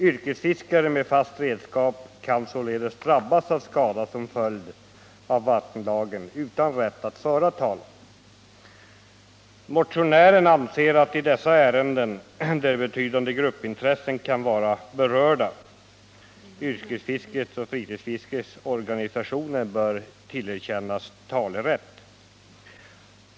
Yrkesfiskare med fast redskap kan således drabbas av skada som följd av Motionärerna anser att i dessa ärenden, där betydande gruppintressen kan vara berörda, yrkesfiskets och fritidsfiskets organisationer bör tillerkännas talerätt.